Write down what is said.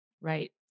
Right